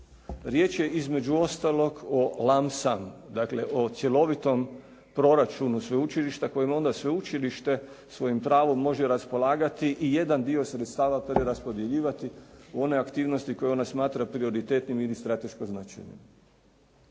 se ne razumije./ … dakle o cjelovitom proračunu sveučilišta kojim onda sveučilište svojim pravom može raspolagati i jedan dio sredstava preraspodjeljivati u one aktivnosti koje ona smatra prioritetnim ili strateško značajnim.